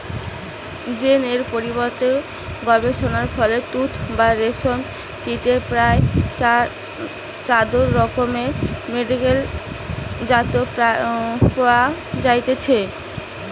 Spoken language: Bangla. জীন এর পরিবর্তন গবেষণার ফলে তুত বা রেশম কীটের প্রায় চারশ রকমের মেডেলের জাত পয়া যাইছে